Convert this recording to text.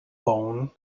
bone